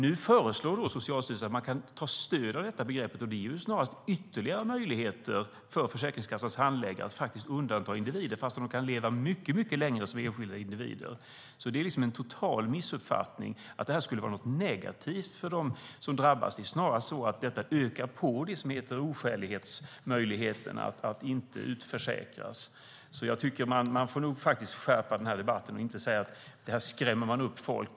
Nu föreslår Socialstyrelsen att man kan ta stöd av detta begrepp, och det ger snarast ytterligare möjligheter för Försäkringskassans handläggare att göra undantag för individer fast de kan leva mycket längre. Det är alltså en total missuppfattning att det här skulle vara något negativt för dem som drabbas. Det är snarare så att det här ökar på möjligheten att inte utförsäkras på oskäliga grunder. Jag tycker att man får skärpa debatten och inte säga att det här skrämmer upp folk.